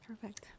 Perfect